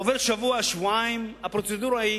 עוברים שבוע ושבועיים, והפרוצדורה היא